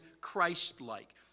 Christ-like